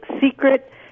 secret